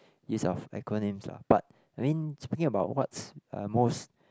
use of acronyms lah but I mean speaking about what's uh most